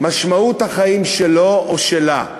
משמעות החיים שלו או שלה.